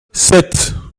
sept